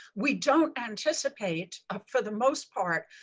we don't anticipate, for the most part,